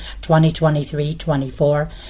2023-24